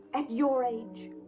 at your age?